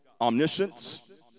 omniscience